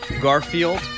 Garfield